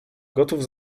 gotów